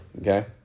okay